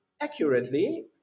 accurately